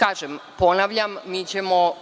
neverovatno. Ponavljam, mi ćemo